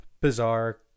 bizarre